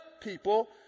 people